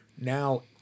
now –